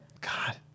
God